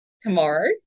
tomorrow